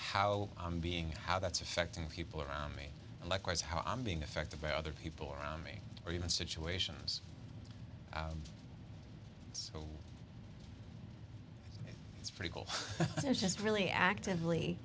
how i'm being how that's affecting people around me and likewise how i'm being affected by other people around me or even situations so it's pretty cool and it's just really actively